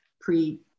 pre